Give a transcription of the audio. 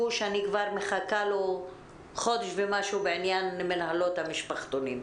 שאני מחכה לו כבר חודש ומשהו בעניין מנהלות המשפחתונים.